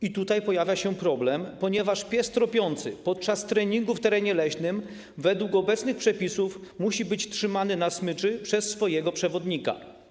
I tutaj pojawia się problem, ponieważ pies tropiący podczas treningu w terenie leśnym według obecnych przepisów musi być trzymany na smyczy przez swojego przewodnika.